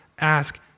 ask